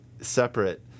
separate